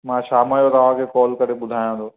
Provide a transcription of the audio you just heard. मां शाम जो तव्हांखे कॉल करे ॿुधाया थो